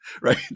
right